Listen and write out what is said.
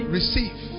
Receive